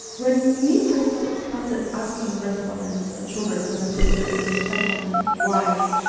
when we first started asking respondents' children from the first and the second wives,